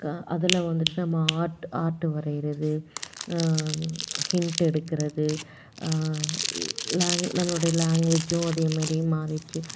அதில் வந்துட்டு நம்ம ஆர்ட் ஆர்ட்டு வரைகிறது ஹின்ட்டு எடுக்கிறது நம்மளுடைய லேங்குவேஜோ அதே மாதிரி மாறிடுச்சு